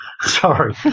sorry